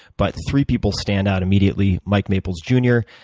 but three people stand out immediately. mike maples jr,